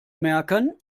merken